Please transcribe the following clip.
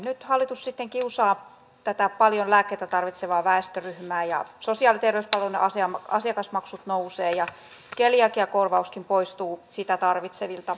nyt hallitus sitten kiusaa tätä paljon lääkkeitä tarvitsevaa väestöryhmää sosiaali ja terveyspalveluiden asiakasmaksut nousevat ja keliakiakorvauskin poistuu sitä tarvitsevilta